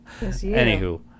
Anywho